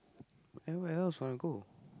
then where else wanna go